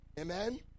Amen